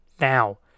now